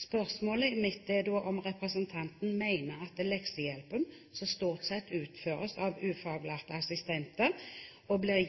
Spørsmålet mitt er da om representanten mener at leksehjelpen, som stort sett utføres av ufaglærte assistenter, blir